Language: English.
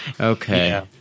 Okay